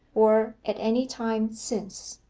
or at any time since?